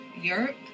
Europe